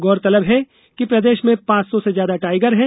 गौरतलब है कि प्रदेश में पांच सौ ज्यादा टाइगर है